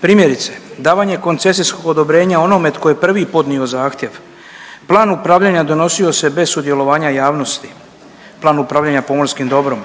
Primjerice davanje koncesijskog odobrenja onome tko je prvi podnio zahtjev, plan upravljanja donosio se bez sudjelovanja javnosti, plan upravljanja pomorskim dobrom,